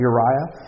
Uriah